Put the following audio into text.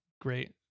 great